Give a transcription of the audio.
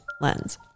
Lens